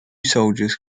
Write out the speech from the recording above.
soldiers